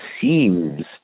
seems